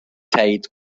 تایید